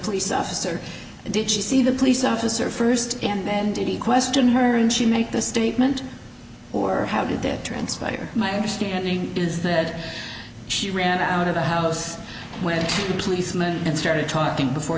police officer did she see the police officer first and then did he question her and she make this statement or how did that transpire my understanding is that she ran out of the house when the policeman and started talking before